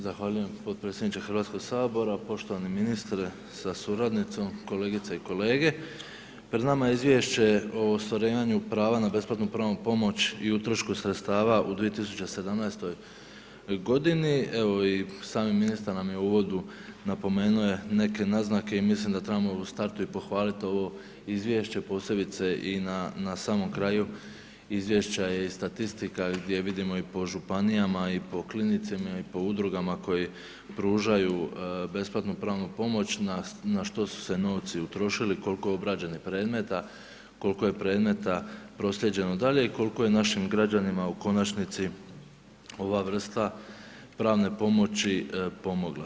Zahvaljujem potpredsjedniče Hrvatskog sabora, poštovani ministre sa suradnicom, kolegice i kolege, pred nama je Izvješće o ostvarivanju prava na besplatnu pravnu pomoć i utrošku sredstva u 2017. godini, evo i sami ministar nam je u uvodu napomeno je neke naznake i mislim da trebamo u startu i pohvalit ovo izvješće, posebice i na samom kraju izvješća je i statistika gdje vidimo i po županijama i po klinicima i po udrugama koje pružaju besplatnu pravnu pomoć na što su se novci utrošili, kolko je obrađenih predmeta, kolko je predmeta proslijeđeno dalje i kolko je našim građanima u konačnici ova vrsta pravne pomoći pomogla.